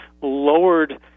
lowered